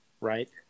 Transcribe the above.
right